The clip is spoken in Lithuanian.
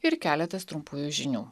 ir keletas trumpųjų žinių